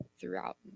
throughout